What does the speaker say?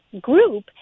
Group